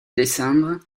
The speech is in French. décembre